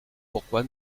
pourquoi